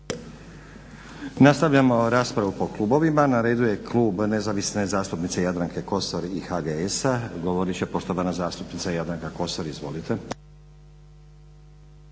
Nastavljamo raspravu po klubovima. Na redu je Klub nezavisne zastupnice Jadranke Kosor i HGS-a. govorit će poštovana zastupnica Jadranka Kosor. Izvolite.